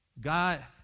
God